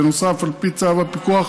בנוסף, על פי צו הפיקוח,